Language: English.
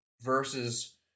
versus